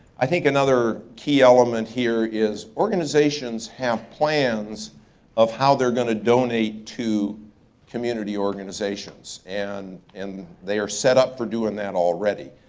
i think another key element here is organizations have plans of how they're gonna donate to community organizations. and and they are set up for doing that already.